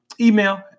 email